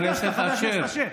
אתה ביקשת, חבר הכנסת אשר.